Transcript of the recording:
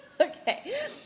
Okay